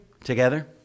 together